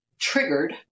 triggered